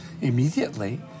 immediately